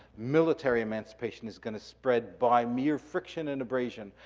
military emancipation is gonna spread by mere friction and abrasion.